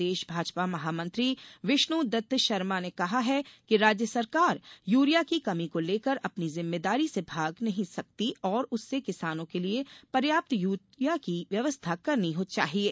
प्रदेश भाजपा महामंत्री विष्णुदत्त शर्मा ने कहा है कि राज्य सरकार यूरिया की कमी को लेकर अपनी जिम्मेदारी से भाग नहीं सकती और उसे किसानों के लिये पर्याप्त यूरिया की व्यवस्था करनी चाहिये